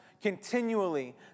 continually